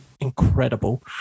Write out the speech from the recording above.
Incredible